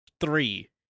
three